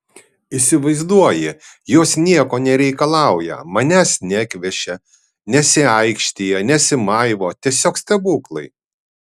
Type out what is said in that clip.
įsivaizduoji jos nieko nereikalauja manęs nekviečia nesiaikštija nesimaivo tiesiog stebuklai